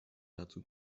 dazu